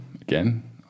again